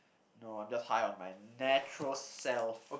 no I'm just high on my natural self